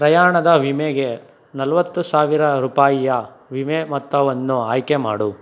ಪ್ರಯಾಣದ ವಿಮೆಗೆ ನಲ್ವತ್ತು ಸಾವಿರ ರೂಪಾಯಿಯ ವಿಮೆ ಮೊತ್ತವನ್ನು ಆಯ್ಕೆ ಮಾಡು